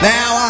Now